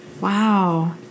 wow